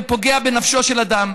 הוא פוגע בנפשו של אדם,